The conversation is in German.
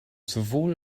sowohl